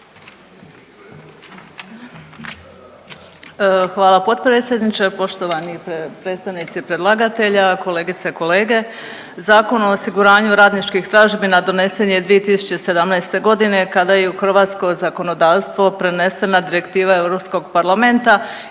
Hvala potpredsjedniče, poštovani predstavnici predlagatelja, kolegice i kolege. Zakon o osiguranju radničkih tražbina donesen je 2017.g. kada je u hrvatsko zakonodavstvo prenesena Direktiva Europskog parlamenta